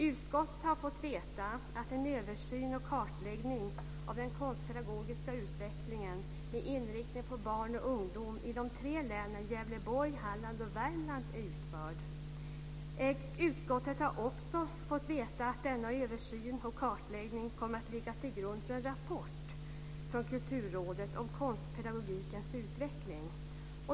Utskottet har fått veta att en översyn och kartläggning av den konstpedagogiska utvecklingen med inriktning på barn och ungdom i de tre länen Gävleborg, Halland och Värmland är utförd. Utskottet har också fått veta att denna översyn och kartläggning kommer att ligga till grund för en rapport från Kulturrådet om konstpedagogikens utveckling.